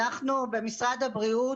במשרד הבריאות,